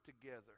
together